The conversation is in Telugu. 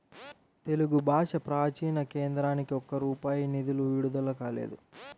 తెలుగు భాషా ప్రాచీన కేంద్రానికి ఒక్క రూపాయి నిధులు విడుదల కాలేదు